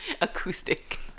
acoustic